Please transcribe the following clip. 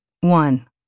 One